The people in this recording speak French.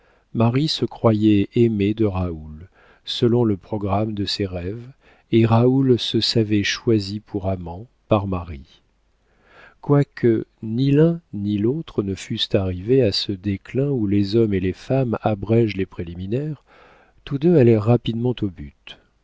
se croyait aimée de raoul selon le programme de ses rêves et raoul se savait choisi pour amant par marie quoique ni l'un ni l'autre ne fussent arrivés à ce déclin où les hommes et les femmes abrègent les préliminaires tous deux allèrent rapidement au but